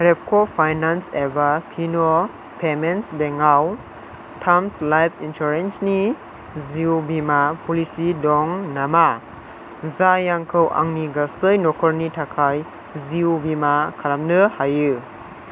रेपक' finance एबा फिन' payments bank आव टार्म लाइफ इन्सुरेन्सनि जिउ बीमा प'लिसि दं नामा जाय आंखौ आंनि गासै न'खरनि थाखाय जिउ बीमा खालामनो होयो